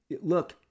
Look